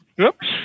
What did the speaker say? Oops